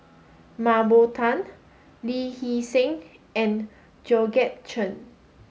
Mah Bow Tan Lee Hee Seng and Georgette Chen